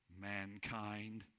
mankind